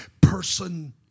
person